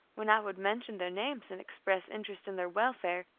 when i would mention their names and express interest in their welfare,